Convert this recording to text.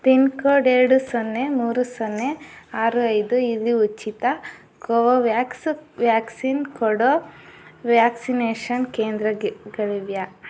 pin code ಎರಡು ಸೊನ್ನೆ ಮೂರು ಸೊನ್ನೆ ಆರು ಐದು ಇಲ್ಲಿ ಉಚಿತ ಕೋವ್ಯಾಕ್ಸ್ ವ್ಯಾಕ್ಸಿನ್ ಕೊಡೋ ವ್ಯಾಕ್ಸಿನೇಷನ್ ಕೇಂದ್ರಗಳಿವೆಯಾ